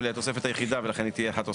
אבל היא התוספת היחידה ולכן היא תהיה התוספת,